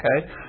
okay